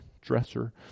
dresser